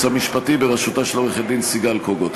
המשפטי בראשותה של עו"ד סיגל קוגוט.